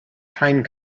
pine